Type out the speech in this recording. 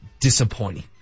disappointing